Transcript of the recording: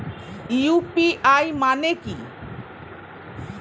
UPI মানে কি?